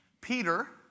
Peter